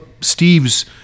Steve's